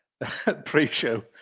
pre-show